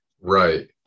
right